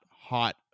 hot